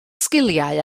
sgiliau